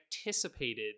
anticipated